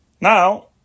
Now